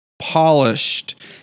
polished